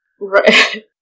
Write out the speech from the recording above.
right